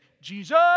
Jesus